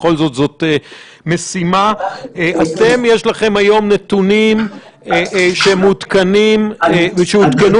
בכל זאת משימה יש לכם היום נתונים שמעודכנים ושעודכנו